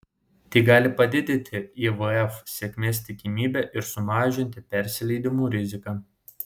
tai gali padidinti ivf sėkmės tikimybę ir sumažinti persileidimų riziką